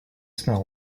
smell